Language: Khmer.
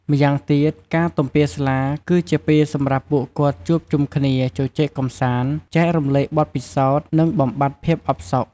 ម្យ៉ាងទៀត ការទំពារស្លា គឺជាពេលសម្រាប់ពួកគាត់ជួបជុំគ្នា ជជែកកម្សាន្ត ចែករំលែកបទពិសោធន៍ និងបំបាត់ភាពអផ្សុក។